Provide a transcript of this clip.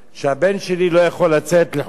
שהבן שלי לא יכול לצאת לחופשה?